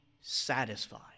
satisfied